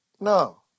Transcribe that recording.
no